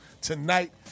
tonight